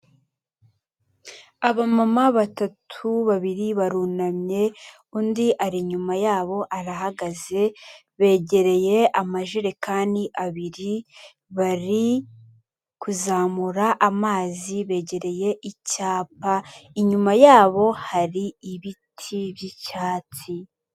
Abamama batatu, babiri barunamye undi ari inyuma yabo arahagaze, begereye amajerekani abiri, bari kuzamura amazi, begereye icyapa, inyuma yabo hari ibiti by'icyatsi.